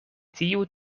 tiu